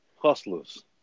Hustlers